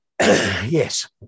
Yes